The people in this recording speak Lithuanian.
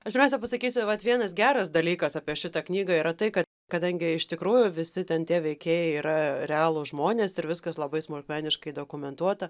aš pirmiausia pasakysiu vat vienas geras dalykas apie šitą knygą yra tai kad kadangi iš tikrųjų visi ten tie veikėjai yra realūs žmonės ir viskas labai smulkmeniškai dokumentuota